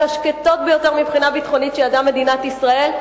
השקטות ביותר מבחינה ביטחונית שידעה מדינת ישראל.